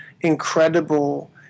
incredible